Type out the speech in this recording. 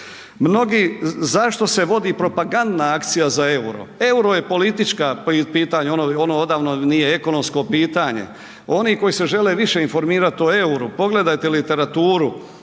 zašto se vodi propagandna akcija za EUR-o, EUR-o je politička pitanja, ono, ono odavno nije ekonomsko pitanje, oni koji se žele više informirat o EUR-u pogledajte literaturu